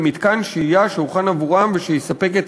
במתקן שהייה שהוכן עבורם ושיספק את